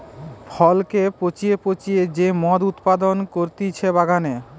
ফলকে পচিয়ে পচিয়ে যে মদ উৎপাদন করতিছে বাগানে